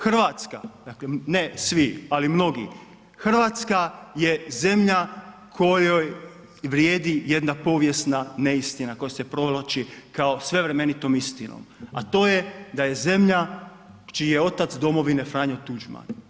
Hrvatska, dakle ne svi ali mnogi, Hrvatska je zemlja kojoj vrijedi jedna povijesna neistina koja se provlači kao svevremenitom istom, a to je da je zemlja čiji je otac domovine Franjo Tuđman.